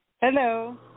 hello